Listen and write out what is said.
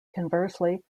conversely